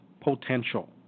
potential